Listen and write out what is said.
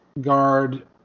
guard